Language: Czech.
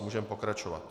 Můžeme pokračovat.